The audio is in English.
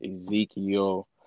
Ezekiel